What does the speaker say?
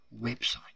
website